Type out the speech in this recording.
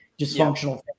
dysfunctional